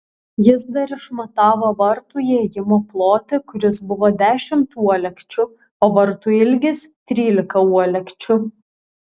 jis dar išmatavo vartų įėjimo plotį kuris buvo dešimt uolekčių o vartų ilgis trylika uolekčių